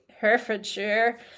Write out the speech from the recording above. Herefordshire